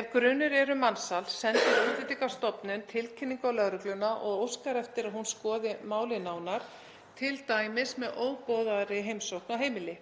Ef grunur er um mansal sendir Útlendingastofnun tilkynningu á lögregluna og óskar eftir að hún skoði málið nánar, t.d. með óboðaðri heimsókn á heimili.